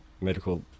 medical